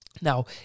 Now